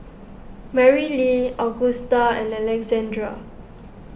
Marylee Augusta and Alexandrea